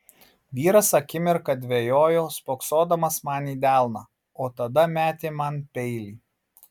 vyras akimirką dvejojo spoksodamas man į delną o tada metė man peilį